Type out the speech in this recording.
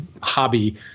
Hobby